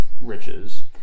riches